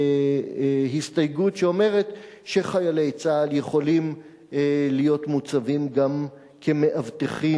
הסתייגות שאומרת שחיילי צה"ל יכולים להיות מוצבים גם כמאבטחים